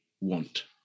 want